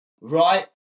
right